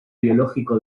biológico